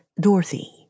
Dorothy